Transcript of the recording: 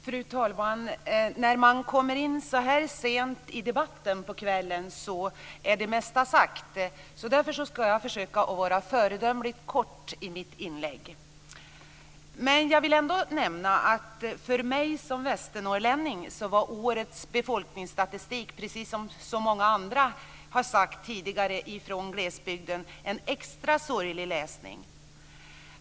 Fru talman! När man kommer in i debatten så här sent på kvällen är det mesta sagt. Därför ska jag försöka fatta mig föredömligt kort i mitt inlägg. För mig som västernorrlänning var årets befolkningsstatistik, precis som många andra från glesbygden tidigare sagt, extra sorglig läsning.